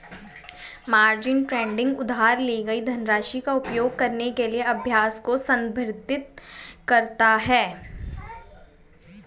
margin trading उधार ली गई धनराशि का उपयोग करने के अभ्यास को संदर्भित करता है